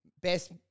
best